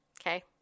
Okay